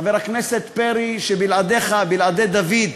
חבר הכנסת פרי, שבלעדיך, בלעדי דוד,